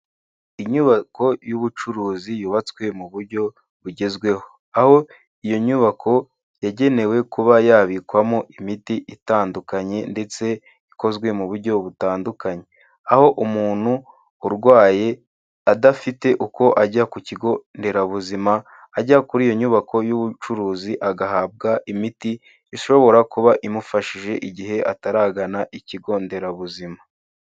Inyubako y'ubucuruzi yubatswe muburyo bugezweho. Aho iyo nyubako yagenewe kuba yabikwamo imiti itandukanye ndetse ikozwe muburyo butandukanye. Aho umuntu urwaye adafite uko ajya kukigonderabuzima ajya kuri iyo nyubako y'ubucuruzi agahabwa imiti, ishobora kuba imufashije igihe ataragana ikigonderabuzima.